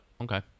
okay